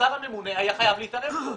השר הממונה היה חייב להתערב כאן.